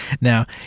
now